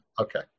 Okay